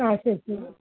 ആ ശരി ശരി